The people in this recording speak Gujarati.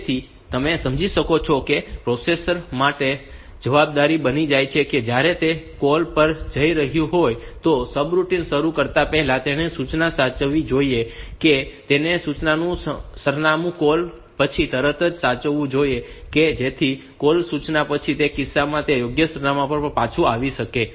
તેથી તમે સમજી શકો છો કે તે પ્રોસેસર માટે જવાબદારી બની જાય છે કે જ્યારે તે કૉલ પર જઈ રહ્યું હોય તો સબરૂટિન શરૂ કરતા પહેલા તેણે સૂચના સાચવવી જોઈએ અને તેને સૂચનાનું સરનામું કૉલ પછી તરત જ સાચવવું જોઈએ કે જેથી કૉલ સૂચના પછી તે કિસ્સામાં તે યોગ્ય સરનામાં પર પાછું આવી શકે છે